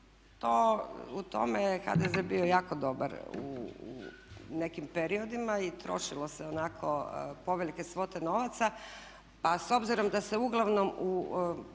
U tome je HDZ bio jako dobar u nekim periodima i trošilo se onako povelike svote novaca. Pa s obzirom da se uglavnom u